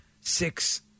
six